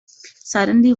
suddenly